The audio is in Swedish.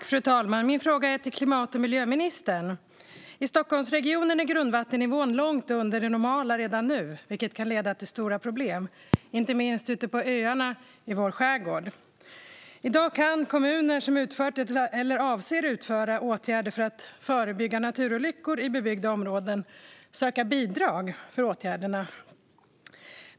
Fru talman! Min fråga går till klimat och miljöministern. I Stockholmsregionen är grundvattennivån långt under det normala redan nu, vilket kan leda till stora problem inte minst ute på öarna i vår skärgård. I dag kan kommuner som har vidtagit eller avser att vidta åtgärder för att förebygga naturolyckor i bebyggda områden söka bidrag för åtgärderna.